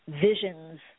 visions